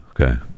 Okay